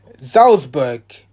Salzburg